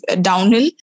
downhill